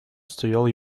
стоял